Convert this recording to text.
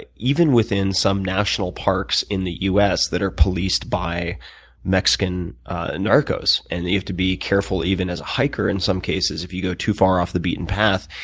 even within some national parks in the us, that are policed by mexican narcos, and you have to be careful even as a hiker in some cases, if you go too far off the beaten path.